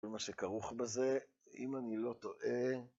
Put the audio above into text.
כל מה שכרוך בזה, אם אני לא טועה